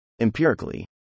Empirically